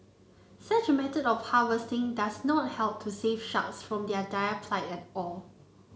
such a method of harvesting does not help to save sharks from their dire plight at all